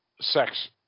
sex